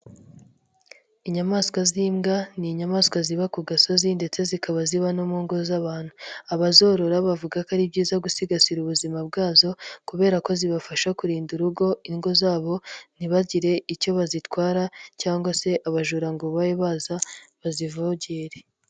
Inyamaswa z'imbwa ni inyamaswa ziba ku gasozi ndetse zikaba ziba no mu ngo z'abantu. Abazorora bavuga ko ari byiza gusigasira ubuzima bwazo kubera ko zibafasha kurinda urugo, ingo zabo ntibagire icyo bazitwara cyangwa se abajura ngo babe baza bazivogere.